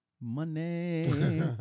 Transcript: Money